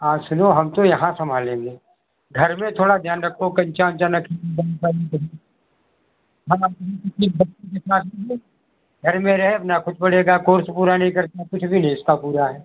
हाँ सुनो हम तो यहाँ संभालेंगे घर में थोड़ा ध्यान रखो कंचा ऊँचा न खेले घर में रहे अपना खुद पढ़ेगा कोर्स पूरा नहीं करता कुछ भी नही उसका पूरा है